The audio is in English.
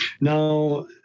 now